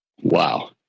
Wow